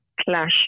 clash